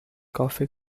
coffee